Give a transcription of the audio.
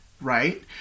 right